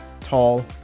tall